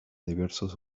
diversos